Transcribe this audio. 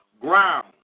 ground